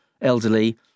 Elderly